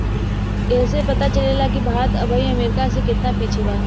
ऐइसे पता चलेला कि भारत अबही अमेरीका से केतना पिछे बा